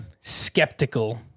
skeptical